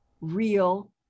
real